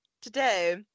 today